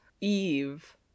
Eve